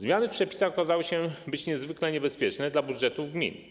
Zmiany w przepisach okazały się niezwykle niebezpieczne dla budżetów gmin.